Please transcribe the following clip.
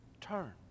Turn